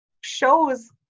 shows